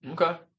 Okay